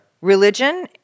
Religion